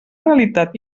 realitat